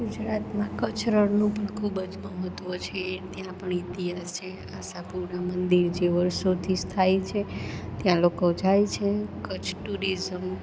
ગુજરાતમાં કચ્છ રણનું પણ ખૂબ જ મહત્ત્વ છે એ ત્યાં પણ ઇતિહાસ છે આશાપુરા મંદિર જે વર્ષોથી સ્થાયી છે ત્યાં લોકો જાય છે કચ્છ ટુરિઝમ